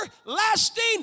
everlasting